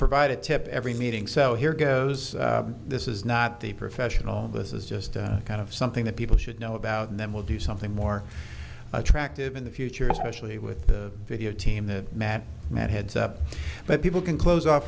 provide a tip every meeting so here goes this is not the professional this is just kind of something that people should know about and then we'll do something more attractive in the future especially with the video team that matt matt heads up but people can close off